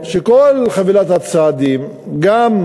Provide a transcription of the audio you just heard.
אנחנו מתנגדים להעלאת המע"מ, וכמובן,